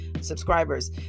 subscribers